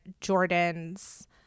Jordan's